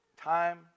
time